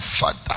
father